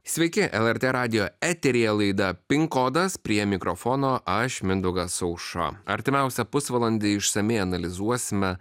sveiki lrt radijo eteryje laida pin kodas prie mikrofono aš mindaugas aušra artimiausią pusvalandį išsamiai analizuosime